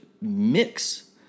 mix